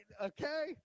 Okay